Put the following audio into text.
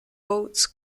votes